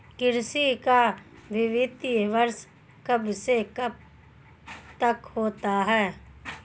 कृषि का वित्तीय वर्ष कब से कब तक होता है?